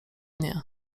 nie